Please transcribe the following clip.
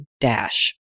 dash